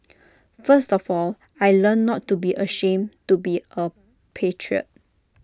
first of all I learnt not to be ashamed to be A patriot